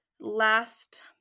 Last